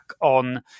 on